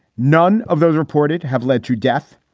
none of those reported have led to death.